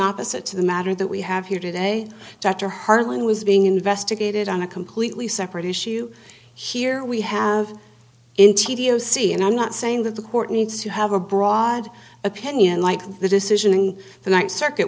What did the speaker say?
opposite to the matter that we have here today dr harlan was being investigated on a completely separate issue here we have in t d o c and i'm not saying that the court needs to have a broad opinion like the decision in the next circuit